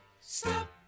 stop